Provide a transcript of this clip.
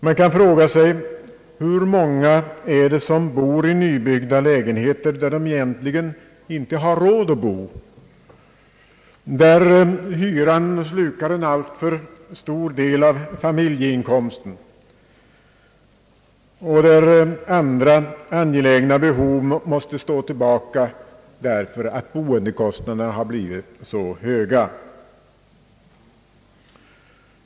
Man kan fråga sig hur många det är som bor i nybyggda lägenheter som de egentligen inte har råd att bo i därför att det slukar en alltför stor del av familjeinkomsten. Man måste låta andra angelägna behov stå tillbaka därför att boendekostnaderna har blivit så höga.